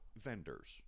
vendors